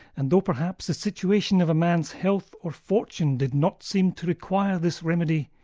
and though perhaps the situation of a man's health or fortune did not seem to require this remedy,